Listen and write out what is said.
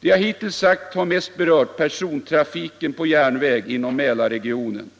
Det jag hittills sagt har mest berört persontrafiken på järnväg inom Mälarregionen.